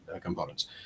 components